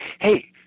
hey